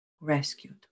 rescued